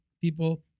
people